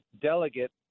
delegate